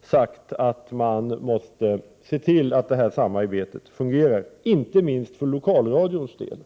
framfört att man måste se till att detta samarbete fungerar, inte minst för lokalradions del.